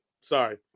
sorry